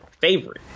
favorite